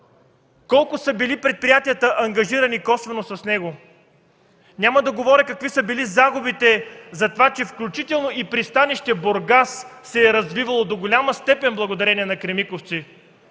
колко са били предприятията, ангажирани косвено с него, няма да говоря какви са били загубите за това, че включително и пристанище Бургас се е развивало до голяма степен благодарение на „Кремиковци”,